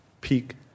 peak